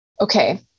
okay